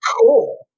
Cool